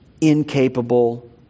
incapable